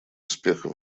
успеха